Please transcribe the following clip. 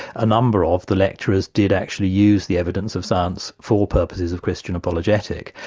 a number of the lecturers did actually use the evidence of science for purposes of christian apologetic,